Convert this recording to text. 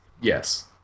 Yes